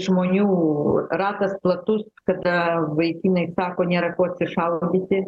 žmonių ratas platus kada vaikinai sako nėra kuo atsišaudyti